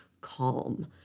calm